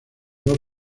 dos